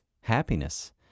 happiness